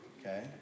okay